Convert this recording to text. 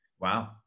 wow